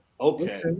okay